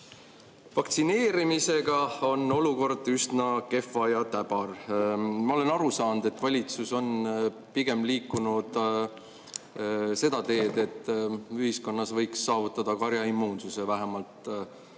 Vaktsineerimisega on olukord üsna kehv ja täbar. Ma olen aru saanud, et valitsus on pigem liikunud seda teed, et ühiskonnas võiks saavutada karjaimmuunsuse. Vähemalt on mul